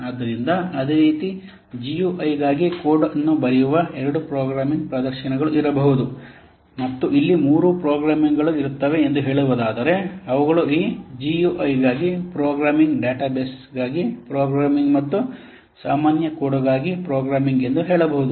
ಆದ್ದರಿಂದ ಅದೇ ರೀತಿ G U I ಗಾಗಿ ಕೋಡ್ ಅನ್ನು ಬರೆಯುವ ಎರಡು ಪ್ರೋಗ್ರಾಮಿಂಗ್ ಪ್ರದರ್ಶನಗಳು ಇರಬಹುದು ಮತ್ತು ಇಲ್ಲಿ ಮೂರು ಪ್ರೋಗ್ರಾಮಿಂಗ್ ಗಳು ಇರಬಹುದು ಎಂದು ಹೇಳುವುದಾದರೆ ಅವುಗಳು ಈ G U I ಗಾಗಿ ಪ್ರೋಗ್ರಾಮಿಂಗ್ ಡೇಟಾಬೇಸ್ ಗಾಗಿ ಪ್ರೋಗ್ರಾಮಿಂಗ್ ಮತ್ತು ಸಾಮಾನ್ಯ ಕೋಡ್ಗಾಗಿ ಪ್ರೋಗ್ರಾಮಿಂಗ್ ಎಂದು ಹೇಳಬಹುದು